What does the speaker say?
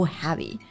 heavy